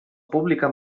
pública